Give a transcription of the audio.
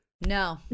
No